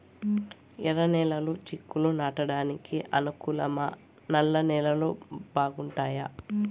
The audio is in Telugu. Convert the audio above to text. ఎర్రనేలలు చిక్కుళ్లు నాటడానికి అనుకూలమా నల్ల నేలలు బాగుంటాయా